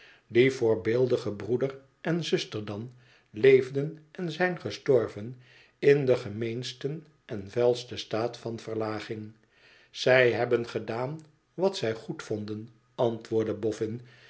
die voorbeeldige broeder en zuster dan leefden en zijn gestorven in den gemeensten en vuilsten staat van verlaging zij hebben gedaan wat zij goedvonden antwoordde